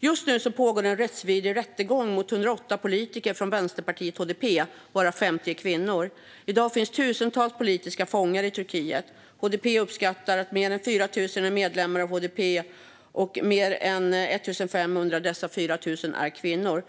Just nu pågår en rättsvidrig rättegång mot 108 politiker från vänsterpartiet HDP, varav 50 är kvinnor. I dag finns tusentals politiska fångar i Turkiet. HDP uppskattar att fler än 4 000 är medlemmar av HDP och att fler än 1 500 av dessa är kvinnor.